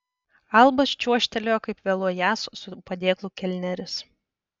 albas čiuožtelėjo kaip vėluojąs su padėklu kelneris